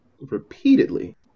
repeatedly